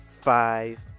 five